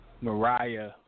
Mariah